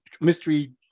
mystery